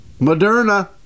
Moderna